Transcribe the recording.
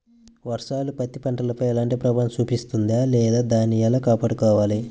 వర్షాలు పత్తి పంటపై ఎలాంటి ప్రభావం చూపిస్తుంద లేదా దానిని ఎలా కాపాడుకోవాలి?